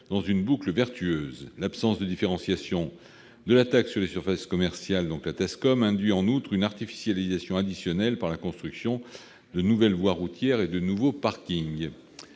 dans une boucle vertueuse. En outre, l'absence de différenciation de la taxe sur les surfaces commerciales induit une artificialisation additionnelle par la construction de nouvelles voies routières et de parkings.